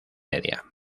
media